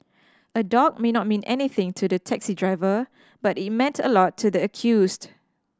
a dog may not mean anything to the taxi driver but it meant a lot to the accused